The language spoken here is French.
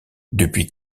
depuis